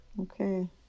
Okay